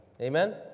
Amen